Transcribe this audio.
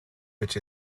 which